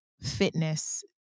fitness